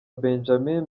benjamin